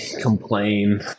complain